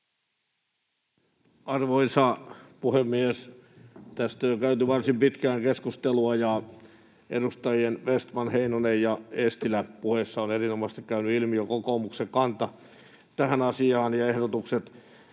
Arvoisa puhemies! Tästä on jo käyty varsin pitkään keskustelua, ja edustajien Vestman, Heinonen ja Eestilä puheissa ovat erinomaisesti käyneet ilmi jo kokoomuksen kanta tähän asiaan ja ehdotukset.